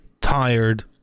tired